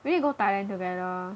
we need go Thailand together